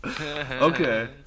okay